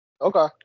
Okay